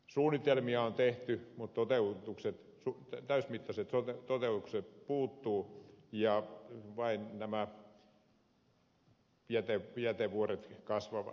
suunnitelmia on tehty mutta täysimittaiset toteutukset puuttuvat ja vain nämä jätevuoret kasvavat